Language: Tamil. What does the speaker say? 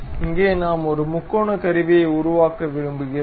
இங்கே நாம் ஒரு முக்கோண கருவியை உருவாக்க விரும்புகிறோம்